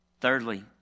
Thirdly